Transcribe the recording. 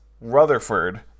Rutherford